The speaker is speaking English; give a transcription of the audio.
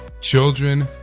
children